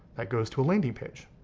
it goes to a landing page.